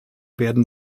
werden